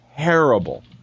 terrible